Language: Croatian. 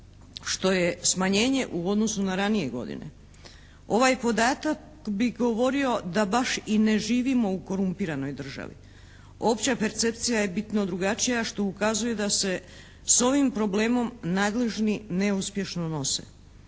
što je smanjenje u odnosu na ranije godine. Ovaj podatak bi govorio da baš i ne živimo u korumpiranoj državi. Opća percepcija je bitno drugačija što ukazuje da se s ovim problemom nadležni neuspješno nose.